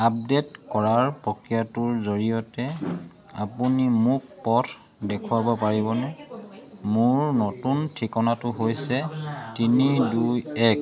update কৰাৰ প্ৰক্ৰিয়াটোৰ জৰিয়তে আপুনি মোক পথ দেখুৱাব পাৰিবনে মোৰ নতুন ঠিকনাটো হৈছে তিনি দুই এক